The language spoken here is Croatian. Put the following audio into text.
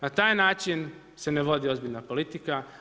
Na taj način se ne vodi ozbiljna politika.